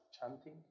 chanting